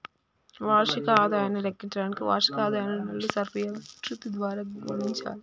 వార్షిక ఆదాయాన్ని లెక్కించడానికి వార్షిక ఆదాయాన్ని నెలల సర్ఫియా విశృప్తి ద్వారా గుణించాలి